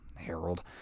Harold